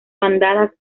bandadas